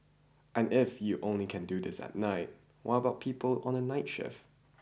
and if you only can do this at night what about people on the night shift